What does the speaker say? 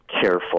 careful